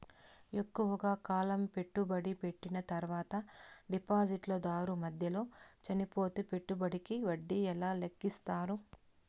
ఎక్కువగా కాలం పెట్టుబడి పెట్టిన తర్వాత డిపాజిట్లు దారు మధ్యలో చనిపోతే పెట్టుబడికి వడ్డీ ఎలా లెక్కిస్తారు?